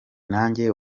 nanjye